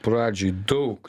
pradžiai daug